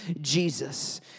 Jesus